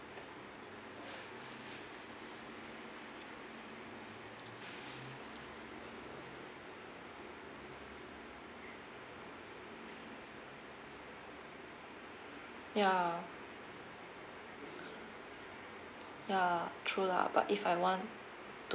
ya ya true lah but if I want to